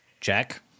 Check